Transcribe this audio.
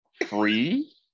Free